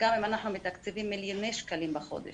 גם אם אנחנו מתקצבים מיליוני שקלים בחודש,